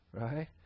Right